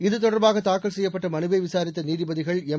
இத்தொடர்பாக தாக்கல் செய்யப்பட்ட மனுவை விசாரித்த நீதிபதிகள் எம்